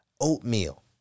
oatmeal